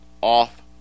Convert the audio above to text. off